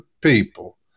people